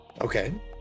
Okay